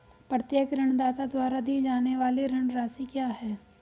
प्रत्येक ऋणदाता द्वारा दी जाने वाली ऋण राशि क्या है?